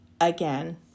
again